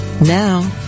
Now